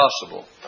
possible